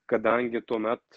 kadangi tuomet